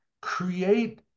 Create